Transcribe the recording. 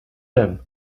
him